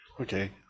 Okay